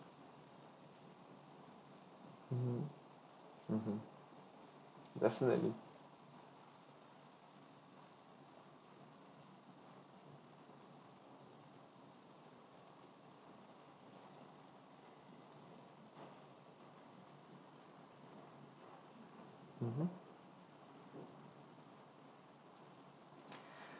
mm mmhmm definitely mmhmm